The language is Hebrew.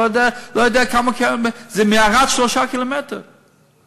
זה 3 ק"מ מערד.